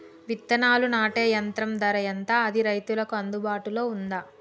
విత్తనాలు నాటే యంత్రం ధర ఎంత అది రైతులకు అందుబాటులో ఉందా?